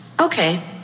Okay